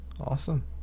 awesome